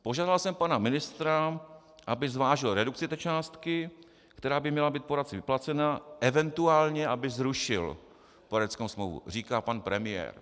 Požádal jsem pana ministra, aby zvážil redukci té částky, která by měla být poradci vyplacena, eventuálně aby zrušil poradenskou smlouvu, říká pan premiér.